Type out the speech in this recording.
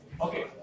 Okay